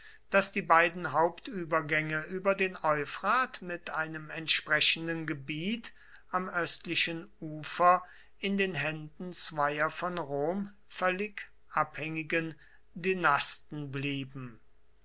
daß die beiden hauptübergänge über den euphrat mit einem entsprechenden gebiet am östlichen ufer in den händen zweier von rom völlig abhängigen dynasten blieben